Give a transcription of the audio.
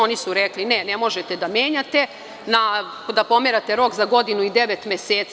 Oni su rekli – ne, ne možete da menjate, da pomerate rok za godinu i devet meseci.